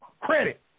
credit